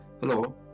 Hello